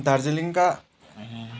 दार्जिलिङका